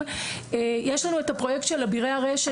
יש לנו את הפרויקט של "אבירי הרשת",